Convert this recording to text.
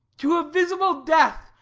to a visible death,